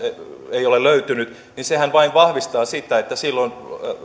ei ole löytynyt vain vahvistavat sitä että silloin